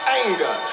anger